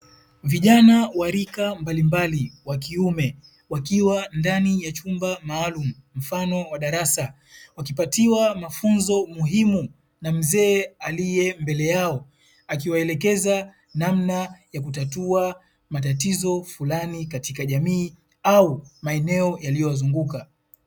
Vijana wa rika mbalimbali wa kiume wakiwa ndani ya chumba maalumu mfano wa madarasa. Wakipatiwa mafunzo muhimu na mzee aliye mbele yao. Akiwaelekeza namna ya kutatua matatizo fulani katika jamii au maeneo yaliyowazunguka.